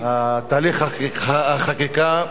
תהליך החקיקה,